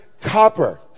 copper